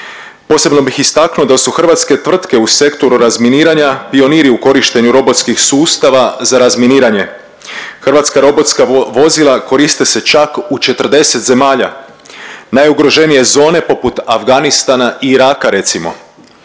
Posebno bih istaknuo da su hrvatske tvrtke u sektoru razminiranja pioniri u korištenju robotskih sustava za razminiranje. Hrvatska robotska vozila koriste se čak u 40 zemalja, najugroženije zone poput Afganistana i Iraka recimo.